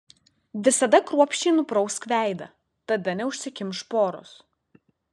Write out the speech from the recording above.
visada kruopščiai nuprausk veidą tada neužsikimš poros